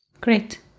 Great